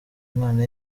umwana